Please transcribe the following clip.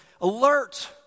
alert